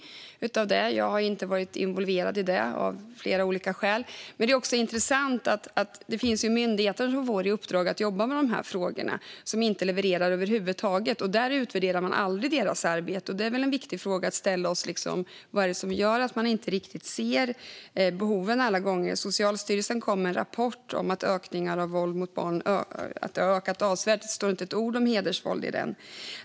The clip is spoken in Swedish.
Jag har, av olika skäl, inte varit involverad. Men det är intressant att det finns myndigheter som får i uppdrag att jobba med de här frågorna men som inte levererar över huvud taget. Deras arbete utvärderar man aldrig. En viktig fråga att ställa oss där är: Vad är det som gör att man inte ser behoven alla gånger? Socialstyrelsen kom med en rapport om att våld mot barn har ökat avsevärt, men det står inte ett ord om hedersvåld i den.